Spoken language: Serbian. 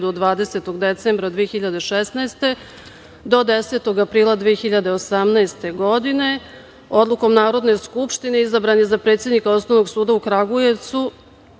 od 20. decembra 2016. godine do 10. aprila 2018. godine. Odlukom Narodne skupštine izabran je za predsednika Osnovnog suda u Kruševcu.